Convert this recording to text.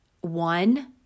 one